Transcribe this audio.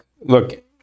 Look